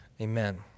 Amen